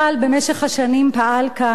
במשך השנים פעל כאן,